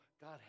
God